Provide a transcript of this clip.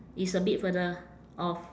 it's a bit further off